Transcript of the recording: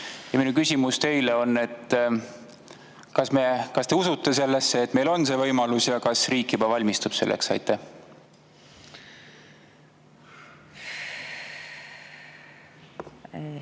Minu küsimus teile on selline. Kas te usute sellesse, et meil on see võimalus, ja kas riik juba valmistub selleks? Andre